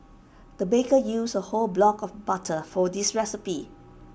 the baker used A whole block of butter for this recipe